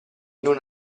non